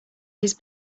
his